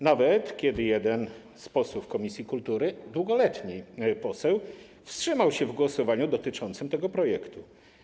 Nawet jeśli jeden z posłów komisji kultury, długoletni poseł, wstrzymał się w głosowaniu dotyczącym tego projektu.